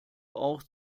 auch